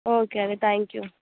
okay అండి thank you